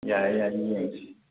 ꯌꯥꯏꯌꯦ ꯌꯥꯏꯌꯦ ꯌꯦꯡꯁꯤ